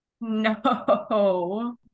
No